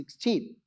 16